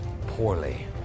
poorly